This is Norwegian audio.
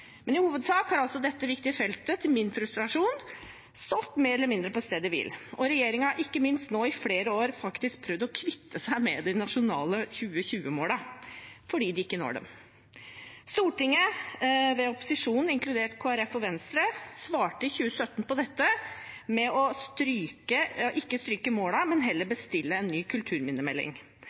men i hovedsak har altså dette viktige feltet til min frustrasjon stått mer eller mindre på stedet hvil. Regjeringen har ikke minst nå i flere år faktisk prøvd å kvitte seg med de nasjonale 2020-målene, fordi de ikke når dem. Stortinget ved opposisjonen, inkludert Kristelig Folkeparti og Venstre, svarte i 2017 på dette – ikke med å stryke målene, men heller å bestille en ny kulturminnemelding.